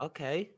Okay